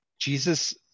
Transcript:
Jesus